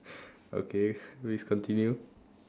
okay please continue